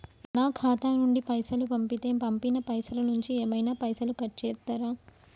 నా ఖాతా నుండి పైసలు పంపుతే పంపిన పైసల నుంచి ఏమైనా పైసలు కట్ చేత్తరా?